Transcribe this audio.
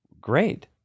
great